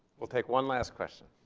we'll take one last question.